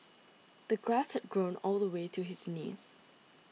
the grass had grown all the way to his knees